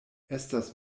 estas